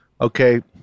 Okay